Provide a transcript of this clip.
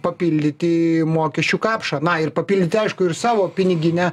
papildyti mokesčių kapšą na ir papildyti aišku ir savo piniginę